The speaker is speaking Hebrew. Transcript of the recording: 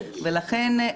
ולכן,